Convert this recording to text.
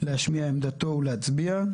להשמיע עמדתו ולהצביע.